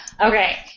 Okay